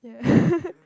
yeah